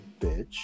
bitch